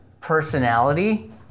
personality